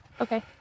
Okay